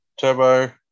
Turbo